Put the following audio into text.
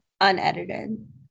Unedited